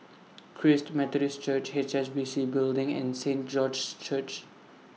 Christ Methodist Church H S B C Building and Saint George's Church